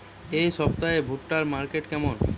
এই সপ্তাহে ভুট্টার মার্কেট কেমন?